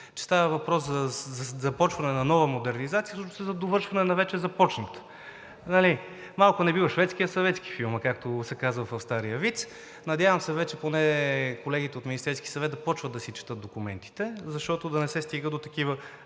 че става въпрос за започване на нова модернизация – всъщност е за довършване на вече започната. Малко не бил шведски, а съветски филм, както се казва в стария виц. Надявам се, вече поне колегите от Министерския съвет да започват да си четат документите, за да не се стига до такива